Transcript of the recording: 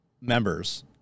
members